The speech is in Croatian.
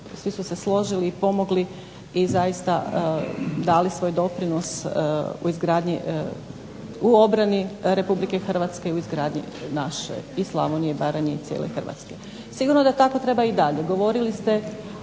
svi zajedno složili i pomogli, dali svoj doprinos u izgradnji u obrani Republike Hrvatske i u izgradnji naše i Slavonije i Baranje i cijele Hrvatske. Sigurno da tako treba dalje,